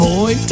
Boy